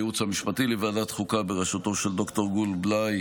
לייעוץ המשפטי לוועדת החוקה בראשותו של ד"ר גור בליי